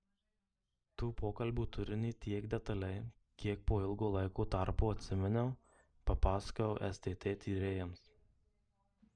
tų pokalbių turinį tiek detaliai kiek po ilgo laiko tarpo atsiminiau papasakojau stt tyrėjams